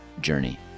journey